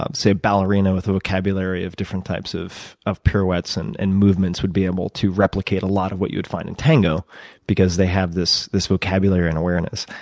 ah say, ballerina with a vocabulary of different types of of pirouettes and and movements would be able to replicate a lot of what you would find in tango because they have this this vocabulary and awareness.